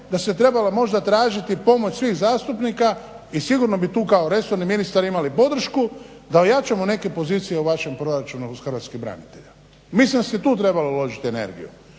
da se trebalo možda tražiti pomoć svih zastupnika i sigurno bi tu kao resorni ministar imali podršku da ojačamo neke pozicije o vašem proračunu uz hrvatske branitelje. Mislim da se tu trebalo uložit energiju